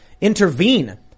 intervene